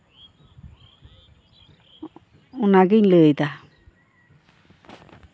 ᱚᱱᱟᱜᱤᱧ ᱞᱟᱹᱭᱮᱫᱟ